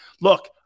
Look